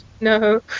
no